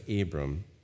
Abram